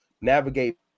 navigate